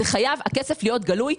והכסף חייב להיות גלוי,